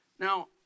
Now